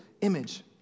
image